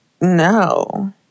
no